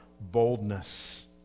boldness